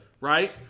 Right